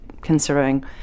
considering